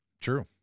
True